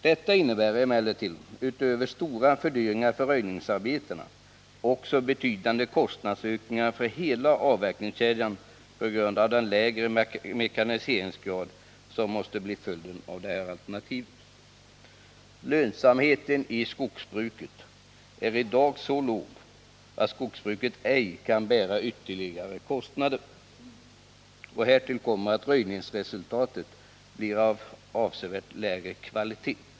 Detta innebär emellertid, utöver stora fördyringar för röjningsarbetena, också betydande kostnadsökningar för hela avverkningskedjan på grund av den lägre mekaniseringsgrad som måste bli följden av detta alternativ. Lönsamheten i skogsbruket är i dag så låg att skogsbruket ej kan bära ytterligare kostnader. Härtill kommer att röjningsresultatet blir av avsevärt lägre kvalitet.